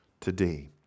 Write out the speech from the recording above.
today